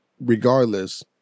regardless